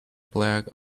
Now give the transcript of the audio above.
black